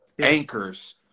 anchors